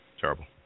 Terrible